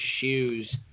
shoes